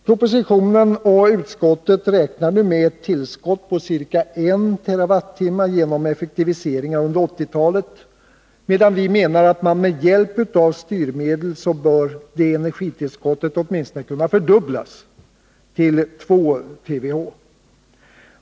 Propositionsskrivaren och utskottet räknar nu med ett tillskott på ca 1 TWh genom effektiviseringar under 1980-talet, medan vi menar att detta energitillskott med hjälp av styrmedel åtminstone bör kunna fördubblas till 2 TWh.